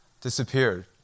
disappeared